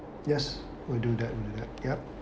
yes will do that will do that yup